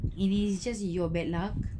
it is just your bad luck